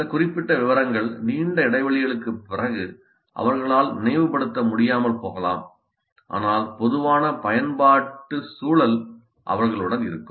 சில குறிப்பிட்ட விவரங்கள் நீண்ட இடைவெளிக்குப் பிறகு அவர்களால் நினைவுபடுத்த முடியாமல் போகலாம் ஆனால் பொதுவான பயன்பாட்டு சூழல் அவர்களுடன் இருக்கும்